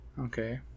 okay